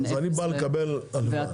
אני בא לקבל הלוואה,